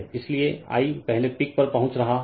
इसलिए I पहले peak पर पहुंच रहा हूं